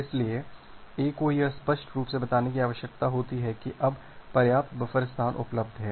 इसलिए A को यह स्पष्ट रूप से बताने की आवश्यकता है कि अब पर्याप्त बफर स्थान उपलब्ध है